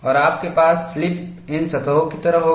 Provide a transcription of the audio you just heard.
और आपके पास स्लिप इन सतहो की तरह होगी